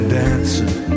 dancing